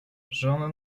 żonę